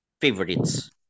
Favorites